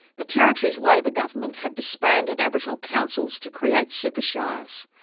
the territory's labor government had disbanded aboriginal councils to create super shires.